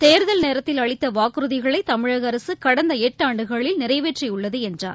தேர்தல் நேரத்தில் அளித்த வாக்குறுதிகளை தமிழக அரசு கடந்த எட்டாண்டுகளில் நிறைவேற்றியுள்ளது என்றார்